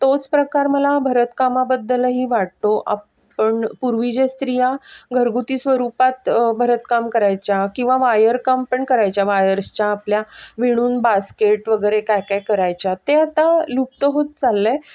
तोच प्रकार मला भरतकामाबद्दलही वाटतो आपण पूर्वी जे स्त्रिया घरगुती स्वरूपात भरतकाम करायच्या किंवा वायरकाम पण करायच्या वायर्सच्या आपल्या विणून बास्केट वगैरे काय काय करायच्या ते आता लुप्त होत चाललं आहे